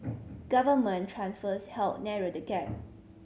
government transfers helped narrow the gap